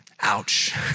Ouch